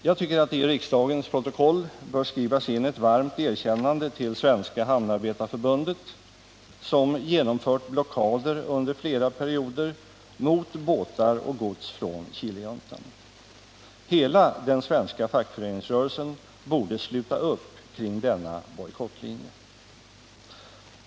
Jag tycker att det i riksdagens protokoll bör skrivas in ett varmt erkännande till Svenska hamnarbetarförbundet, som genomfört blockader under flera perioder mot båtar och gods från Chilejuntan. Hela den svenska fackföreningsrörelsen borde sluta upp kring denna bojkottlinje.